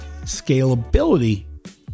scalability